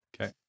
Okay